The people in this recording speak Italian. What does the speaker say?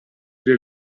del